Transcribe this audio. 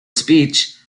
speech